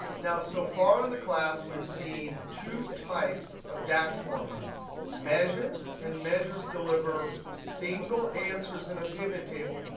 now, so far in the class, we've seen two types of dax formulas measures. and measures deliver single answers in a pivot table,